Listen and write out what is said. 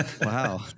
wow